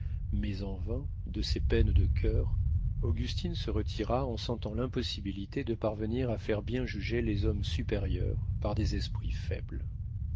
mais en vain de ses peines de coeur augustine se retira en sentant l'impossibilité de parvenir à faire bien juger les hommes supérieurs par des esprits faibles